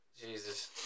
Jesus